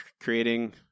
creating